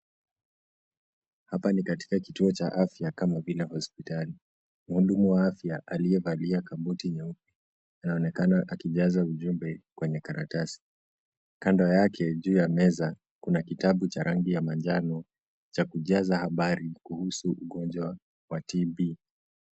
Hapa ni kituo cha afya kama vile hospitali. Muhudumu wa afya aliyevalia kabuti nyeupe anaonekana akijaza ujumbe kwenye karatasi. Kando yake juu ya meza kuna kitabu cha rangi ya manjano cha kujaza habari kuhusu ugonjwa wa TB.